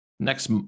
Next